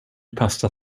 pasta